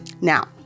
Now